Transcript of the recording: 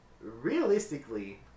realistically